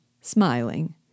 smiling